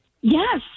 Yes